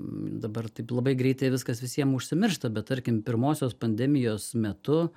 dabar taip labai greitai viskas visiem užsimiršta bet tarkim pirmosios pandemijos metu